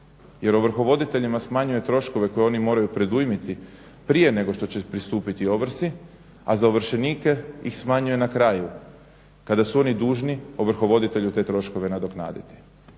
jer ovrhovoditeljima smanjuje troškove koje oni moraju predujmiti prije nego što će pristupiti ovrsi, a za ovršenike ih smanjuje na kraju kada su oni dužni ovrhovoditelju te troškove nadoknaditi.